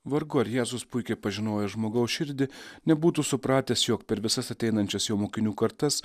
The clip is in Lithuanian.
vargu ar jėzus puikiai pažinojęs žmogaus širdį nebūtų supratęs jog per visas ateinančias jo mokinių kartas